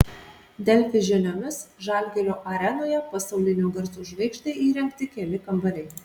delfi žiniomis žalgirio arenoje pasaulinio garso žvaigždei įrengti keli kambariai